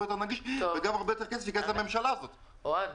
יותר נגיש וגם יותר כסף ייכנס וגם הרבה